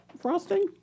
frosting